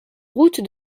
route